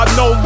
no